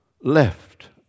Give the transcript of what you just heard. left